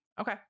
Okay